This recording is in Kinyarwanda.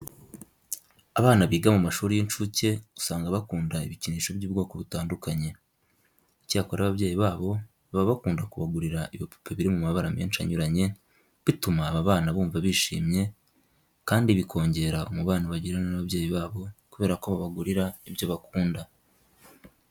Abana biga mu mashuri y'incuke usanga bakunda ibikinisho by'ubwoko butandukanye. Icyakora ababyeyi babo baba bakunda kubagurira ibipupe biri mu mabara menshi anyuranye bituma aba bana bumva bishimye kandi bikongera umubano bagirana n'ababyeyi babo kubera ko babagurira ibyo bakunda.